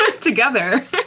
together